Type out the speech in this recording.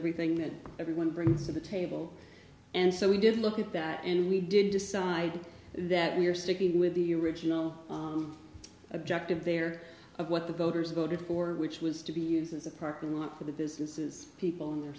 everything that everyone brings to the table and so we did look at that and we did decide that we're sticking with the your original objective there of what the voters voted for which was to be used as a parking lot for the businesses people in their